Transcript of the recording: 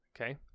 okay